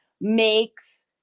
makes